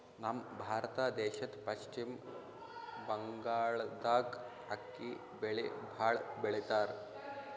ನಮ್ ಭಾರತ ದೇಶದ್ದ್ ಪಶ್ಚಿಮ್ ಬಂಗಾಳ್ದಾಗ್ ಅಕ್ಕಿ ಬೆಳಿ ಭಾಳ್ ಬೆಳಿತಾರ್